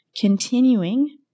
Continuing